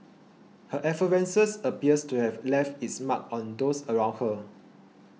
her effervescence appears to have left its mark on those around her